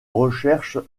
recherches